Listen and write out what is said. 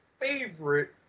favorite